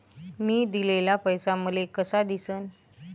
मी दिलेला पैसा मले कसा दिसन?